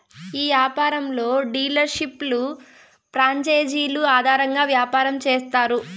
ఈ యాపారంలో డీలర్షిప్లు ప్రాంచేజీలు ఆధారంగా యాపారం చేత్తారు